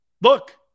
look